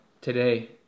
today